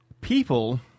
People